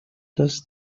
does